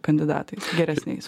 kandidatais geresniais